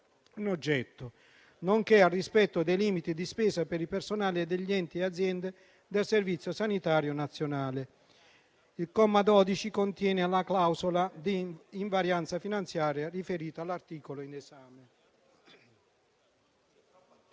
in oggetto, nonché al rispetto dei limiti di spesa per il personale degli enti e aziende del Servizio sanitario nazionale. Il comma 12 contiene la clausola di invarianza finanziaria riferita all'articolo in esame.